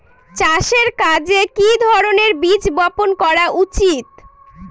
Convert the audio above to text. চাষের কাজে কি ধরনের বীজ বপন করা উচিৎ?